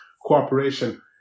cooperation